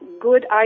good